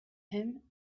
him